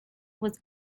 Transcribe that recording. was